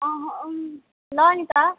अहँ ल नि त